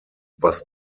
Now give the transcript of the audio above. was